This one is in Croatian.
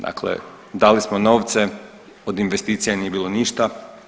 Dakle, dali smo novce od investicija nije bilo ništa.